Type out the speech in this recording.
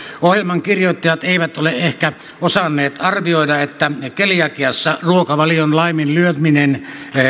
ohjelman kirjoittajat eivät ole ehkä osanneet arvioida että keliakiassa ruokavalion laiminlyöminen